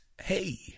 Hey